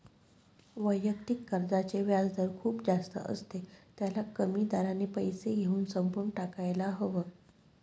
वैयक्तिक कर्जाचे व्याजदर खूप जास्त असते, त्याला कमी दराने पैसे घेऊन संपवून टाकायला हव